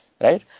right